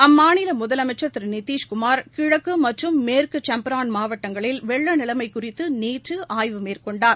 அம்மாநில முதலமைச்சர் திரு நிதிஷ்குமார் கிழக்கு மற்றும் மேற்கு சும்ப்பாரன் மாவட்டங்களில் வெள்ள நிலைமை குறித்து நேற்று ஆய்வு மேற்கொண்டார்